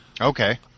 Okay